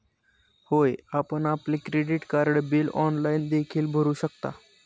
होय, आपण आपले क्रेडिट कार्ड बिल ऑनलाइन देखील भरू शकता